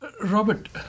Robert